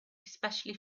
especially